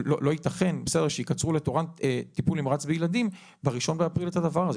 לא יתכן שייקצרו לתורן טיפול נמרץ בילדים ב-1 באפריל את הדבר הזה.